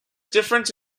difference